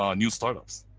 um new startups,